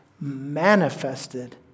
manifested